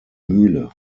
mühle